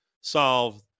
solve